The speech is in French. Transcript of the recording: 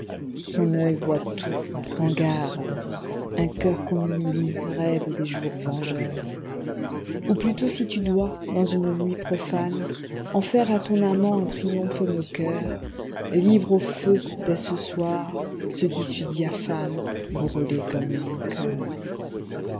son oeil voit tout prends garde un coeur qu'on humilie rêve des jours vengeurs ou plutôt si tu dois dans une nuit profane en faire à ton amant un triomphe moqueur livre au feu dès ce soir ce tissu diaphane brûlé comme mon coeur